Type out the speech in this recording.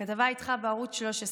כתבה איתך בערוץ 13,